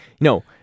no